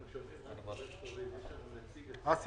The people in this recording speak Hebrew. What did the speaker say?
אסי